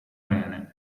bene